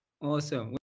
Awesome